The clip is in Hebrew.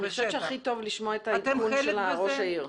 אני חושבת שהכי טוב לשמוע את העדכון של ראש העיר.